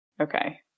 Okay